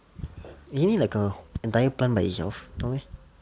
isn't it like a entire plant by itself no meh